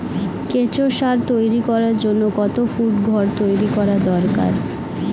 কেঁচো সার তৈরি করার জন্য কত ফুট ঘর তৈরি করা দরকার?